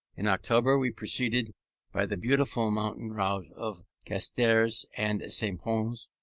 in october we proceeded by the beautiful mountain route of castres and st. pons,